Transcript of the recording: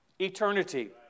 Eternity